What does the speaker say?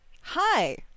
hi